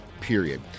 period